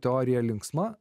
teorija linksma